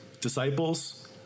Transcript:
disciples